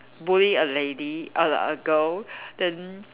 bully a lady a a girl then